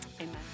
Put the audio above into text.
Amen